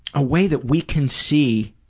a way that we can see